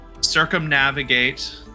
circumnavigate